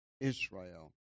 Israel